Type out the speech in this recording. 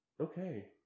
Okay